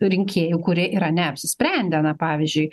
rinkėjų kurie yra neapsisprendę na pavyzdžiui